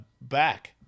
back